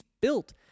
built